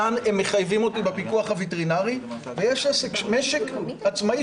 כאן הם מחייבים אותי בפיקוח הווטרינרי ויש משק עצמאי